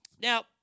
now